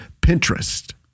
Pinterest